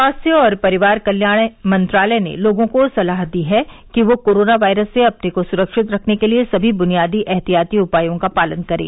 स्वास्थ्य और परिवार कल्याण मंत्रालय ने लोगों को सलाह दी है कि वे कोरोना वायरस से अपने को सुरक्षित रखने के लिए समी बुनियादी एहतियाती उपायों का पालन करें